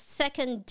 second